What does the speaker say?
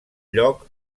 lloc